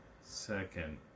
Second